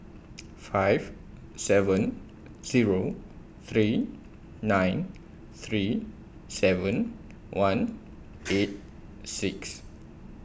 five seven Zero three nine three seven one eight six